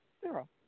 zero